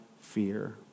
fear